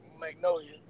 Magnolia